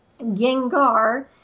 Gengar